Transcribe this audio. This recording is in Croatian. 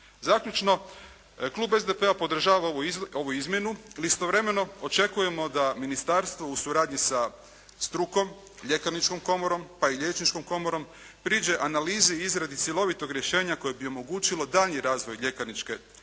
Zaključno. Klub SDP-a podržava ovu izmjenu i istovremeno očekujemo da ministarstvo u suradnji sa strukom, Ljekarničkom komorom, pa i Liječničkom komorom priđe analizi izrade cjelovitog rješenja koji bi omogućio daljnji razvoj ljekarničke službe